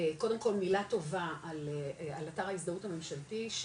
קודם כל מילה טובה על אתר ההזדהות הממשלתי,